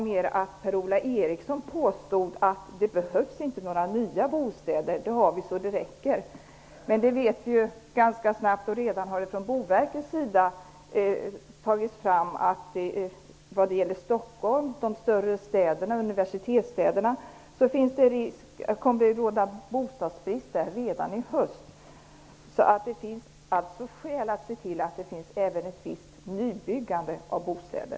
Per-Ola Eriksson påstod att det inte behövs några nya bostäder, sådana har vi så att det räcker. Men redan har Boverket tagit fram att vad det gäller Stockholm, de större städerna och universitetsstäderna finns det risk för att det kommer att råda bostadsbrist redan i höst. Det finns alltså skäl att se till att det även finns ett visst nybyggande av bostäder.